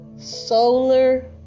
solar